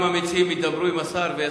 אם המציעים ידברו עם השר והוא יסכים,